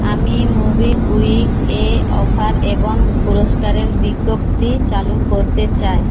আমি মোবিকুইক এ অফার এবং পুরস্কারের বিজ্ঞপ্তি চালু করতে চাই